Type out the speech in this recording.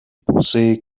posee